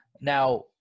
Now